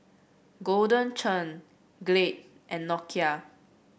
Golden Churn Glade and Nokia